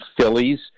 Phillies